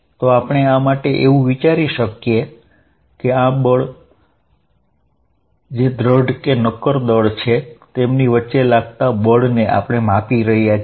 તો આપણે આ માટે એવું વિચારી શકીએ કે આ દળ જે દ્રઢ છે તેમની વચ્ચે લાગતા બળને આપણે માપી રહ્યા છીએ